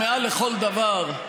מעל לכל דבר,